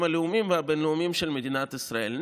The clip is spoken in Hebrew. הלאומיים והבין-לאומיים של מדינת ישראל".